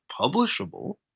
publishable